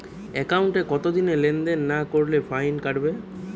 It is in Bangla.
একাউন্টে কতদিন লেনদেন না করলে ফাইন কাটবে?